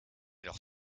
leurs